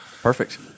perfect